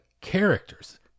characters